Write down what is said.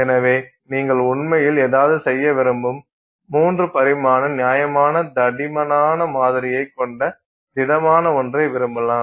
எனவே நீங்கள் உண்மையில் ஏதாவது செய்ய விரும்பும் 3 பரிமாண நியாயமான தடிமனான மாதிரியைக் கொண்ட திடமான ஒன்றை விரும்பலாம்